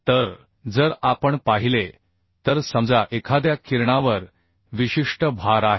तर जर आपण पाहिले तर समजा एखाद्या किरणावर विशिष्ट भार आहे